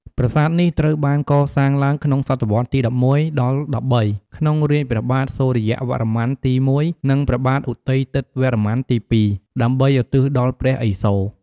ប្រាសាទនេះត្រូវបានកសាងឡើងក្នុងសតវត្សទី ១១ ដល់ ១៣ ក្នុងរាជ្យព្រះបាទសូរ្យវរ្ម័នទី១ និងព្រះបាទឧទ័យទិត្យវរ្ម័នទី២ ដើម្បីឧទ្ទិសដល់ព្រះឥសូរ។